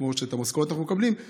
כמו שאנחנו מקבלים את המשכורת,